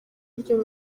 ryo